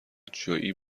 جویی